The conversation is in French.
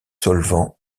solvants